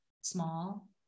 small